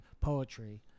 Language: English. poetry